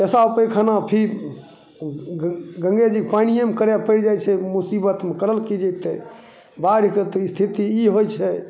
पेसाब पैखाना फेर गङ्गेजी पानिएमे करै पड़ि जाइ छै मुसीबतमे करल कि जएतै बाढ़िके तऽ इस्थिति ई होइ छै